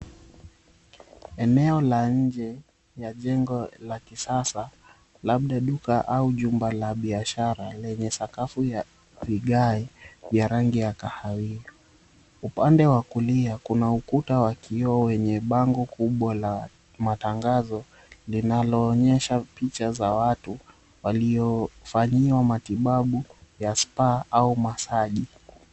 Eneo la nje ya jengo la kisasa, labda duka au jumba la biashara. Lenye sakafu ya vigae vya rangi ya kahawia. Upande wa kulia kuna ukuta wa kioo wenye bango kubwa la matangazo, linaloonyesha picha za watu waliofanyiwa matibabu ya spa au masaji.